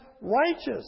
righteous